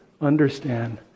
understand